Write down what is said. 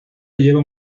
lleva